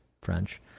French